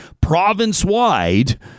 province-wide